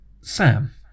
sam